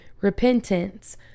repentance